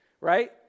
right